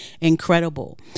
incredible